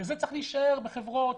זה צריך להישאר בחברות,